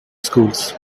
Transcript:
schools